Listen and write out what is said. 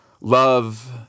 Love